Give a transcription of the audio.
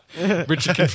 Richard